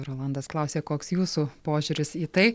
rolandas klausia koks jūsų požiūris į tai